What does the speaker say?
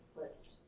list